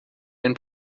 ein